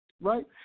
right